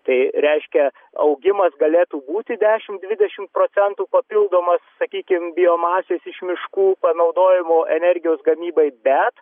tai reiškia augimas galėtų būti dešim dvidešim procentų papildomas sakykim biomasės iš miškų panaudojimo energijos gamybai bet